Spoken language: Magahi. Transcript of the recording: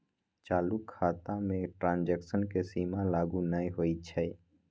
चालू खता में ट्रांजैक्शन के सीमा लागू न होइ छै